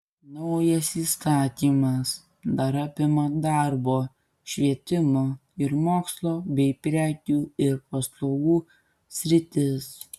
naujas įstatymas dar apima darbo švietimo ir mokslo bei prekių ir paslaugų sritis